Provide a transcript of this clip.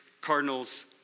Cardinals